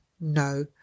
no